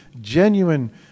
genuine